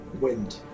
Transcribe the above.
wind